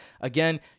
again